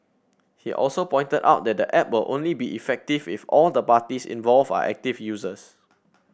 he also pointed out that the app will only be effective if all the parties involved are active users